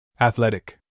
Athletic